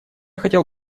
хотел